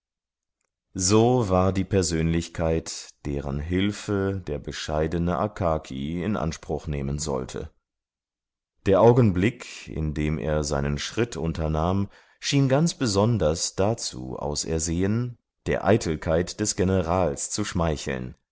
so war die persönlichkeit deren hilfe der bescheidene akaki in anspruch nehmen sollte der augenblick in dem er seinen schritt unternahm schien ganz besonders dazu ausersehen der eitelkeit des generals zu schmeicheln